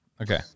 Okay